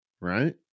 right